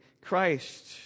christ